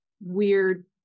Weird